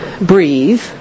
breathe